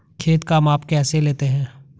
खेत का माप कैसे लेते हैं?